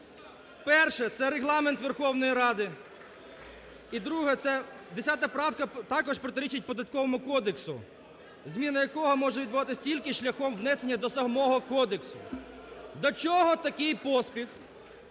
Перше. Це Регламент Верховної Ради. І друге. Це 10 правка також протирічить Податковому кодексу, зміна якого може відбуватись тільки шляхом внесення до самого кодексу. До чого такий поспіх?